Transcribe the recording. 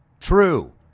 true